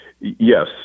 Yes